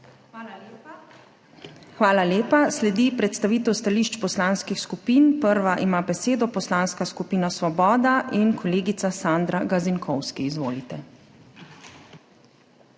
ZUPANČIČ: Hvala lepa. Sledi predstavitev stališč Poslanskih skupin. Prva ima besedo Poslanska skupina Svoboda in kolegica Sandra Gazinkovski. Izvolite!